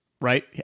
Right